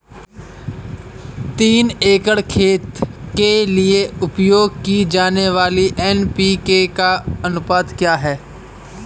तीन एकड़ खेत के लिए उपयोग की जाने वाली एन.पी.के का अनुपात क्या है?